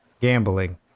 gambling